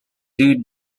two